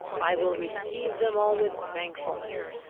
i will receive them all with thankfulness.